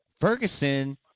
Ferguson